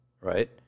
right